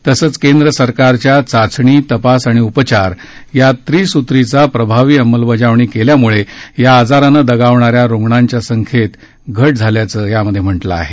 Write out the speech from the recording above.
तसंच केंद्र सरकारच्या चाचणी तपास आणि उपचार या त्रिसूत्रीची प्रभावी अंमलबजावणी केल्यामुळे या आजारानं दगावणा या रूग्णांच्या संख्येत झाल्याचं यात म्हटलं आहे